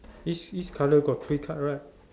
each each colour got three card right